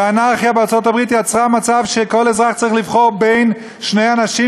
והאנרכיה בארצות-הברית יצרה מצב שכל אזרח צריך לבחור בין שני אנשים